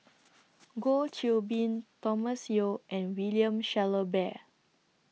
Goh Qiu Bin Thomas Yeo and William Shellabear